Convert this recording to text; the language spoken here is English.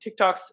TikToks